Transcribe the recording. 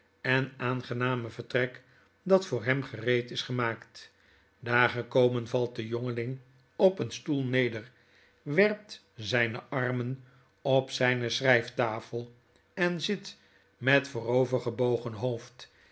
en aangename vertrekdat voor hem gereed is gemaakt daar gekomen valt de jongeling op een stoel neder werpt zyne armen op zyne schryftafel en zit met voorovergebogen hoofd